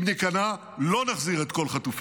אם ניכנע, לא נחזיר את כל חטופינו.